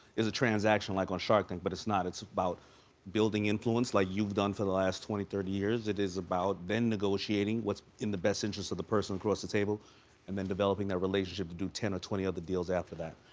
is a transactional like on shark thing, but it's not. it's about building influence like you've done for the last twenty thirty years. it is about then negotiating what's in the best interest of the person across the table and then developing that relationship to do ten or twenty other deals after that.